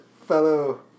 fellow